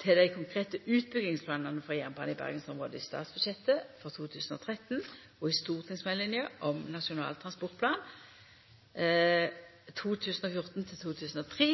til dei konkrete utbyggingsplanane for jernbanen i bergensområdet i statsbudsjettet for 2013 og i stortingsmeldinga om Nasjonal transportplan for 2014–2023,